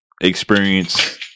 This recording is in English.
experience